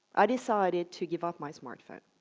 i decided to give up my smartphone,